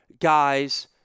guys